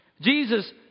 Jesus